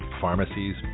pharmacies